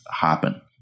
happen